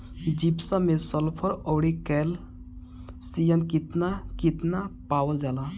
Gypsum मैं sulphur औरी calcium कितना कितना पावल जाला?